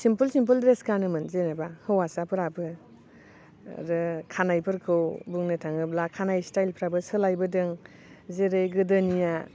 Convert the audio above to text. सिमपोल simple dress गानोमोन जेन'बा हौवासाफोराबो आरो खानायफोरखौ बुंनो थाङोब्ला खानाय स्थाइलफ्राबो सोलायबोदों जेरै गोदोनिया